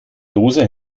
dose